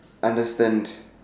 understand